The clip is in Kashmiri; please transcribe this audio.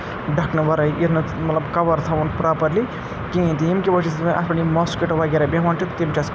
ڈَکھنہٕ وَرٲے یِنہٕ مطلب کَوَر تھاوُن پرٛاپَرلی کِہیٖنۍ تہِ ییٚمہِ کہِ وَجہ سۭتۍ اَتھ پٮ۪ٹھ یِم موسکِٹو وغیرہ بیٚہوان چھِ تِم چھِ آسان